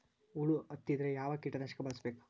ಹುಳು ಹತ್ತಿದ್ರೆ ಯಾವ ಕೇಟನಾಶಕ ಬಳಸಬೇಕ?